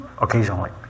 occasionally